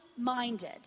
minded